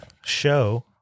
show